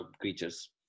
creatures